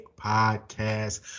podcast